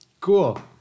Cool